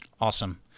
Awesome